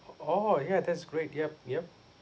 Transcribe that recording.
oh yeah that's great yup yup